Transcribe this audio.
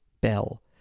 bell